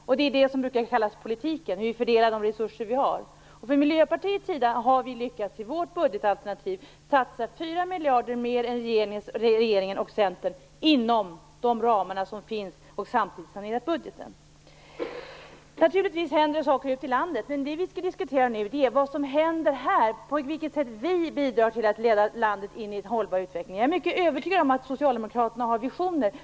Hur vi fördelar de resurser som vi har brukar kallas för politik. Från Miljöpartiets sida har vi lyckats i vårt budgetalternativ att satsa 4 miljarder mer än regeringen och Centern inom den ram som finns, och samtidigt sanerar vi statens finanser. Naturligtvis händer det saker ute i landet, men det vi nu diskuterar är vad som händer här, på vilket sätt vi kan bidra till att leda landet in i en hållbar utveckling. Jag är helt övertygad om att Socialdemokraterna har visioner.